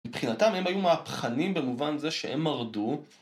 מבחינתם הם היו מהפכנים במובן זה שהם מרדו